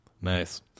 Nice